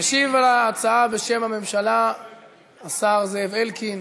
משיב על ההצעה בשם הממשלה השר זאב אלקין,